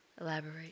Elaborate